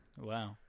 Wow